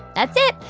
that's it.